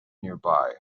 nearby